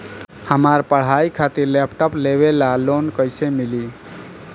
हमार पढ़ाई खातिर लैपटाप लेवे ला लोन कैसे मिली?